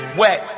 wet